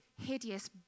hideous